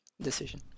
decision